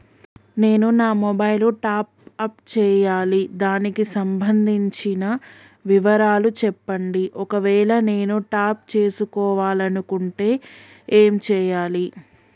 నేను నా mobile top up చేయాలి దానికి సంబంధించిన వివరాలు చెప్పండి ఒకవేళ నేను టాప్ చేసుకోవాలనుకుంటే ఏం చేయాలి?